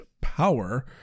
power